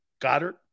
Goddard